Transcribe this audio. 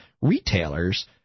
retailers